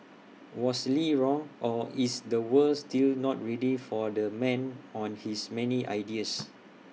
was lee wrong or is the world still not ready for the man on his many ideas